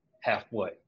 halfway